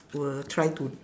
will try to